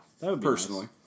Personally